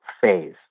phase